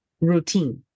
routine